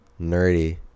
Nerdy